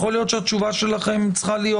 יכול להיות שהתשובה שלכם צריכה להיות: